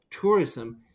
tourism